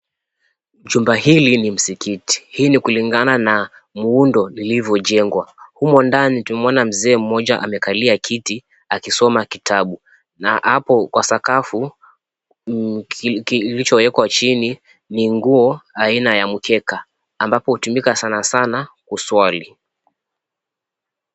Chumba hili ni msikiti, hii ni kulingana na muundo lilivyojengwa. Humo ndani tumeona mzee mmoja amekalia kiti akisoma kitabu na hapo kwa sakafu, kilichoekwa chini ni nguo aina ya mkeka ambapo hutumika sana sana kuswali.